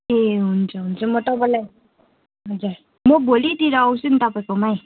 ए हुन्छ हुन्छ म तपाईँलाई हजुर म भोलितिर आउँछु नि तपाईँकोमै